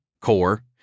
core